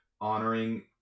honoring